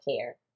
care